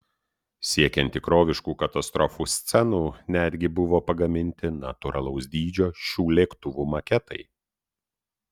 siekiant tikroviškų katastrofų scenų netgi buvo pagaminti natūralaus dydžio šių lėktuvų maketai